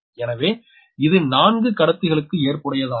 எனவே இது 4 கடத்திகளுக்கு ஏற்புடையதாகும்